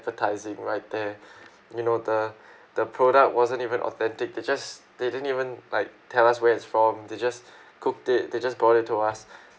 advertising right there you know the the product wasn't even authentic they just they didn't even like tell us where its from they just cooked it they just brought it to us